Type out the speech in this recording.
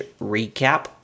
recap